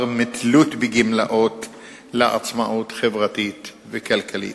מתלות בגמלאות לעצמאות חברתית וכלכלית.